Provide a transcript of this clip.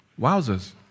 Wowzers